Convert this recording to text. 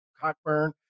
Cockburn